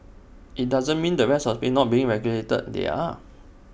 IT doesn't mean the rest of the space not being regulated they are